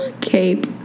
Cape